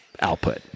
output